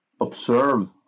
observe